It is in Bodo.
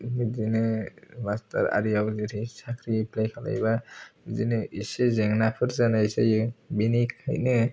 बिदिनो मास्टार आरियाव जेरै साख्रि एप्लाय खालामबा बिदिनो एसे जेंनाफोर जानाय जायो बिनिखायनो